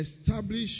establish